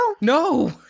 No